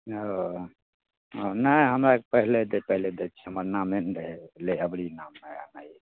हँ हँ नहि हमर पहिले दै पहिले दै छियै हमर नामे नहि रहै अबरी नाम आएल हइ